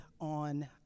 on